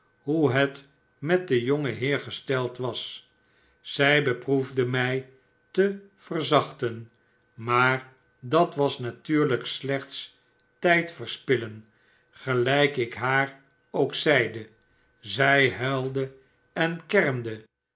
hoe het met den jongen heer gesteld was zij beproefde mij te verzachten maar dat was natuurlijk slechts tijd verspillen gehjk ik haar ook zeide zij huilde en kermde